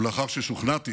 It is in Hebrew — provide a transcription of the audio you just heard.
ולאחר ששוכנעתי